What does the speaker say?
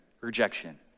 rejection